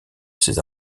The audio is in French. ses